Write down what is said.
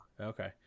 Okay